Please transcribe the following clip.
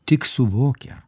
tik suvokę